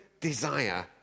desire